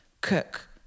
cook